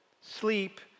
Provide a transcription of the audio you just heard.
sleep